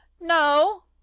No